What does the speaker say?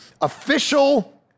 official